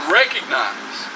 recognize